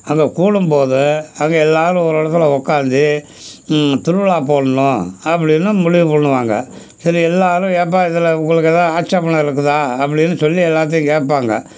அங்கே கூடும்போது அங்கே எல்லாரும் ஒரு இடத்துல உக்காந்து திருவிழா போடணும் அப்படின்னு முடிவு பண்ணுவாங்க சரி எல்லாரும் ஏன்ப்பா இதில் உங்களுக்கு எதா ஆட்சேபனை இருக்குதா அப்படின்னு சொல்லி எல்லாத்தையும் கேட்பாங்க